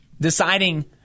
deciding